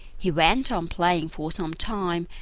he went on playing for some time,